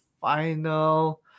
final